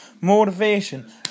Motivation